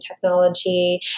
technology